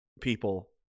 people